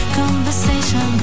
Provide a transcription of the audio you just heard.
conversation